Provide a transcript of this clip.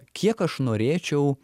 kiek aš norėčiau